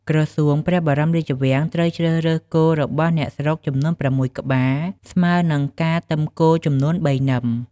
ក្រសួងព្រះបរមរាជវាំង ត្រូវជ្រើសរើស គោរបស់អ្នកស្រុកចំនួន ៦ក្បាល ស្មើនឹងការទឹមគោចំនួន ៣ នឹម។